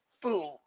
boom